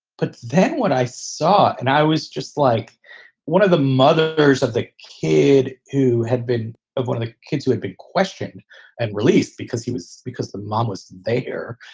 but then what i saw and i was just like one of the mothers of the kid who had been one of the kids who had been questioned and released because he was because the mom was there,